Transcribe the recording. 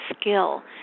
skill